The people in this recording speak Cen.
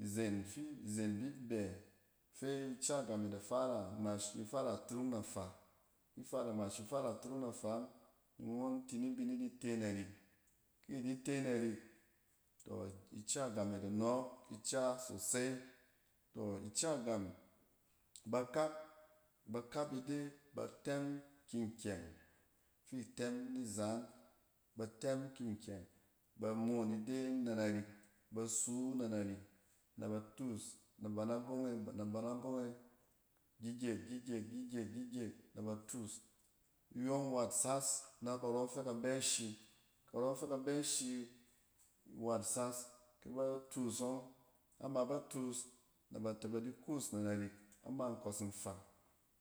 Izen fi, izen bi bɛ fi ica game da fara, ngmash ni for a turung na fa, ki fara, ngmash ni fara turung nafa ↄng ni ngↄn tini bi ni di te narik. Ki di te narik, tↄ ica game da nↄↄk ica sosai. Tↄ ica gam, ba kap, ba kap ide, ba tɛm ki nkyɛng fi itɛm ni zaan. Ba tɛm ki nkyɛng, ba moon ide nɛ narik ba suu nɛ narik naba tuus na ban nabong e na ban nabong e gyigyet, gyigyet, gyigyet, gyigyet na ba tuus. iyↄng wat sas na karↄng fɛ ka bɛ shi. karↄ fɛ ka bɛ shi wat sas kɛ ba tuus ↄng, am aba tuus nɛ ba tɛ ba di kuus na narik ama nkↄs nfa